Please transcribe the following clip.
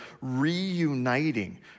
reuniting